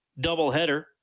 doubleheader